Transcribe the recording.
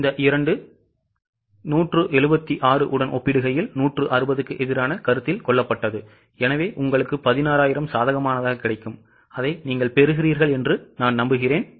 எனவே இந்த 2 176 உடன் ஒப்பிடுகையில் 160 க்கு எதிராக கருத்தில் கொள்ளப்பட்டது எனவே உங்களுக்கு 16000 சாதகமானதாக கிடைக்கும் அதை நீங்கள் பெறுகிறீர்கள் என்று நம்புகிறேன்